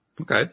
Okay